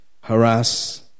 harass